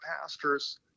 pastors